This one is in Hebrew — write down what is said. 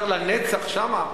צריך לנצח שם?